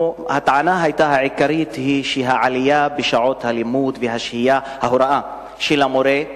הטענה העיקרית היתה שהעלייה במספר שעות הלימוד וההוראה של המורה,